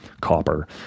copper